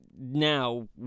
now